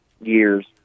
years